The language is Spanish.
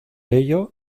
ello